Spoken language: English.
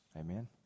Amen